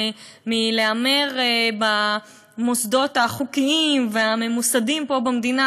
מלהמר במוסדות החוקיים והממוסדים פה במדינה,